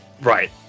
right